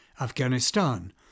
Afghanistan